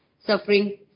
suffering